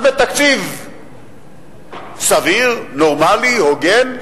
אז בתקציב סביר, נורמלי, הוגן,